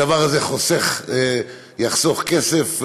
הדבר הזה יחסוך כסף לצרכנים.